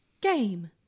Game